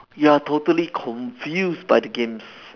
you are totally confused by the games